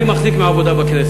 אני מחזיק מהעבודה בכנסת.